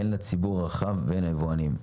הן לציבור הרחב והן ליבואנים.